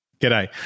G'day